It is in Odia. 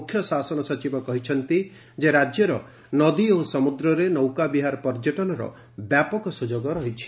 ମୁଖ୍ୟଶାସନ ସଚିବ କହିଛନ୍ତି ଯେ ରାଜ୍ୟର ନଦୀ ଓ ସମୁଦ୍ରରେ ନୌକା ବିହାର ପର୍ଯ୍ୟଟନର ବ୍ୟାପକ ସୁଯୋଗ ଅଛି